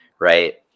right